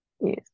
yes